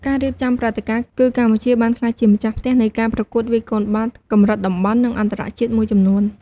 ការរៀបចំព្រឹត្តិការណ៍ គឺកម្ពុជាបានក្លាយជាម្ចាស់ផ្ទះនៃការប្រកួតវាយកូនបាល់កម្រិតតំបន់ និងអន្តរជាតិមួយចំនួន។